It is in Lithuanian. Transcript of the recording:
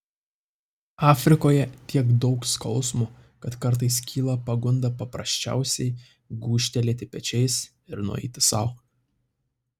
afrikoje tiek daug skausmo kad kartais kyla pagunda paprasčiausiai gūžtelėti pečiais ir nueiti sau